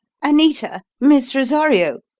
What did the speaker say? anita miss rosario!